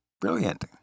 brilliant